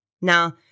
Now